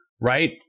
right